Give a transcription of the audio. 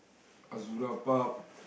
Azzura Pub